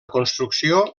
construcció